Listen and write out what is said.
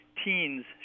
teens